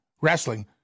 wrestling